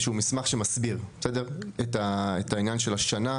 איזה שהוא מסמך שמסביר איך הגעתם לשנה,